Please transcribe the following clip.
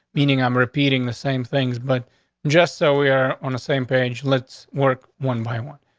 meaning i'm repeating the same things. but just so we're on the same page, let's work one by one.